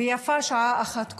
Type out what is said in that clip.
ויפה שעה אחת קודם.